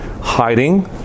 Hiding